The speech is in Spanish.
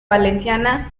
valenciana